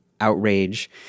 outrage